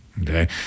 Okay